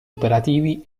operativi